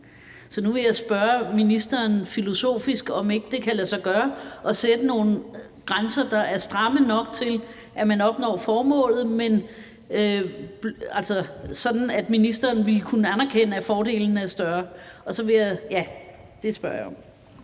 Så nu vil jeg spørge ministeren filosofisk, om ikke det kan lade sig gøre at sætte nogle grænser, der er snævre nok til, at man opnår formålet, men hvor det stadig væk vil være sådan, at ministeren ville kunne anerkende, at fordelene er større. Kl. 11:27 Formanden (Henrik Dam